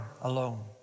alone